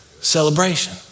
celebration